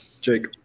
Jake